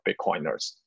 Bitcoiners